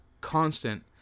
constant